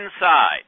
inside